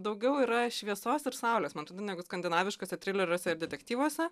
daugiau yra šviesos ir saulės man atrodo negu skandinaviškose trileriuose ir detektyvuose